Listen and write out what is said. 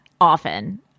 often